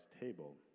table